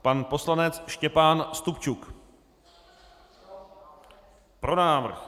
Pan poslanec Štěpán Stupčuk: Pro návrh.